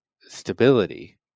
stability